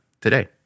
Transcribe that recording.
today